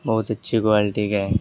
بہت اچھی کوالٹی کا ہے